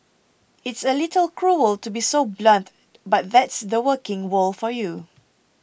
it's a little cruel to be so blunt but that's the working world for you